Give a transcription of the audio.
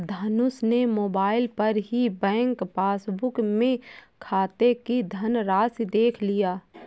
धनुष ने मोबाइल पर ही बैंक पासबुक में खाते की धनराशि देख लिया